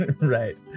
Right